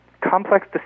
complex